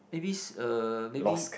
maybe uh maybe